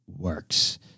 works